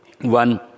one